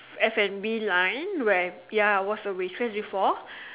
F&B line and ya I was a waitress before